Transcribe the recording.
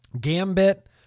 Gambit